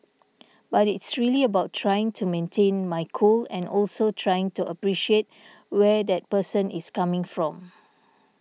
but it's really about trying to maintain my cool and also trying to appreciate where that person is coming from